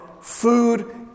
food